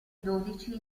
dodici